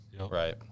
Right